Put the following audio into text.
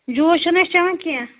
juice چھِنہٕ أسۍ چٮ۪وان کیٚنٛہہ